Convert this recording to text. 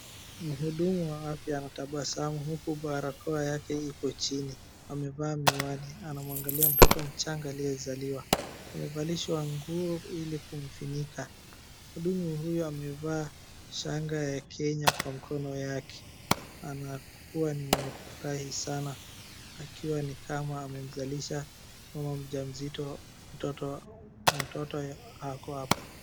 Mhudumu wa afya anatabasamu huku barakoa yake iko, chini amevaa miwani anamwangalia mtoto mdogo aliyezaliwa. Amevalishwa nguo ili kumfunika mhudumu huyu amevaa shanga ya kenya kwa mkono wake, anakuwa ni mwenye kufurahi sana akiwa ni kama amemzalisha mama mjamzito mtoto ako hapo.